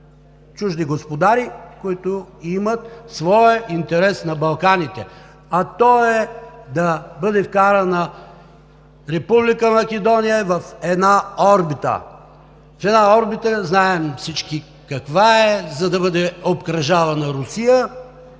чужди господари, които имат своя интерес на Балканите, а той е да бъде вкарана Република Македония в една орбита – всички знаем каква е, за да бъде обкръжавана Русия,